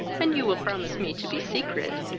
and you will promise me to be secret,